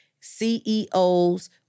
CEOs